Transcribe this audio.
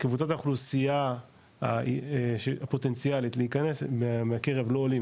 קבוצות האוכלוסייה הפוטנציאלית להיכנס מקרב לא עולים,